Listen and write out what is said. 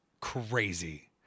crazy